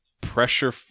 pressure